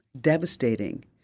Devastating